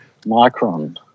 Micron